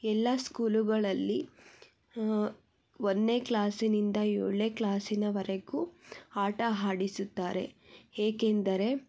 ಎಲ್ಲ ಸ್ಕೂಲುಗಳಲ್ಲಿ ಒಂದನೇ ಕ್ಲಾಸಿನಿಂದ ಏಳನೇ ಕ್ಲಾಸಿನವರೆಗೂ ಆಟ ಆಡಿಸುತ್ತಾರೆ ಏಕೆಂದರೆ